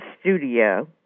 studio